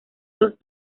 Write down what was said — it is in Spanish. dos